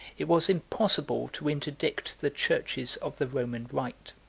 it was impossible to interdict the churches of the roman rite.